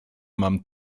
mam